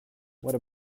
what